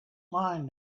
mind